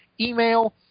email